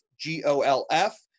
G-O-L-F